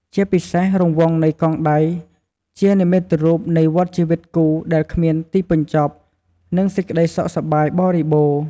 ជាពិសេស រង្វង់នៃកងដៃជានិមិត្តរូបនៃ វដ្ដជីវិតគូដែលគ្មានទីបញ្ចប់ និង សេចក្តីសុខសប្បាយបរិបូរណ៍។